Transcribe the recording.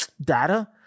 data